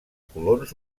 colons